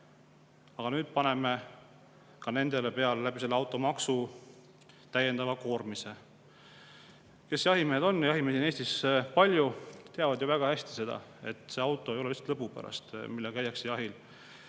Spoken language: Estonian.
Aga nüüd paneme ka nendele selle automaksu täiendava koormise. Jahimehed – jahimehi on Eestis palju – teavad väga hästi seda, et see auto ei ole lihtsalt lõbu pärast. Sellega käiakse jahil,